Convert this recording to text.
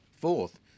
Fourth